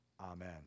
Amen